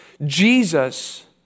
Jesus